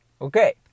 Okay